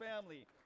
family